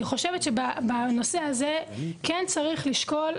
אני חושבת שבנושא הזה כן צריך לשקול,